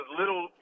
little